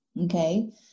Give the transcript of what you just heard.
Okay